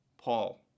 Paul